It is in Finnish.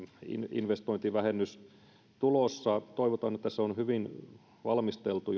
investointivähennys tulossa toivotaan että se on hyvin valmisteltu